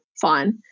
fine